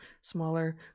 smaller